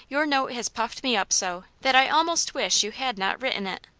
your note has puffed me up so, that i almost wish you had not written it.